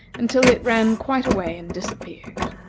until it ran quite away and disappeared.